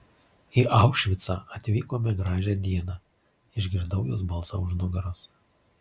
į aušvicą atvykome gražią dieną išgirdau jos balsą už nugaros